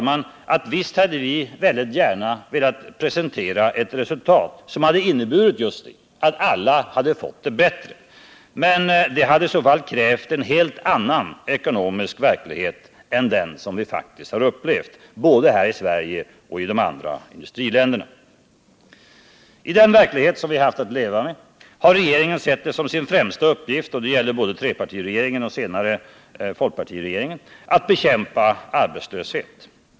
Men detta hade i så fall krävt en helt annan ekonomisk verklighet än den som vi faktiskt har upplevt, både här i Sverige och i de andra industriländerna. I den verklighet vi har haft att leva med har regeringen sett det som sin främsta uppgift, och det gäller såväl trepartiregeringen som senare folkpartiregeringen, att bekämpa arbetslöshet.